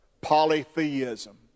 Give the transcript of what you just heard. polytheism